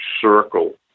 circle